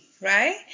right